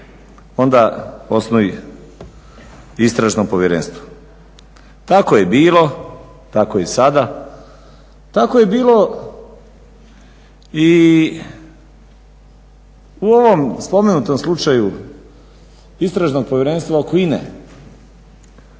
onda osnuj istražno povjerenstvo. Tako je bilo, tako je i sada. Tako je bilo i u ovom spomenutom slučaju istražnog povjerenstva oko INA-e